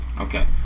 Okay